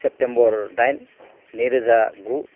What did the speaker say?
September दाइन नैरोजा गु